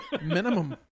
Minimum